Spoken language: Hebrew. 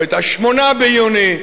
לא 8 ביוני,